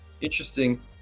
interesting